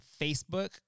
Facebook